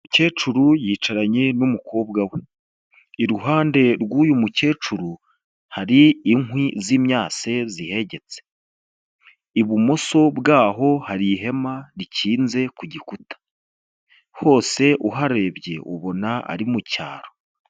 Umukecuru yicaranye n'umukobwa we iruhande rw'uyu mukecuru hari inkwi z'imyase zihegetse, ibumoso bwaho hari ihema rikinze ku gikuta hose uharebye ubona ari mu cyaro.